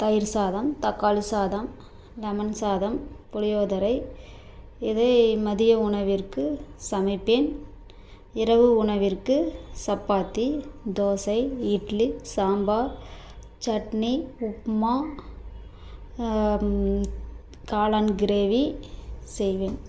தயிர் சாதம் தக்காளி சாதம் லமன் சாதம் புளியோதரை இது மதிய உணவிற்கு சமைப்பேன் இரவு உணவிற்கு சப்பாத்தி தோசை இட்லி சாம்பார் சட்னி உப்புமா காளான் கிரேவி செய்வேன்